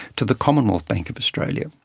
to the commonwealth bank of australia.